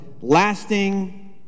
Lasting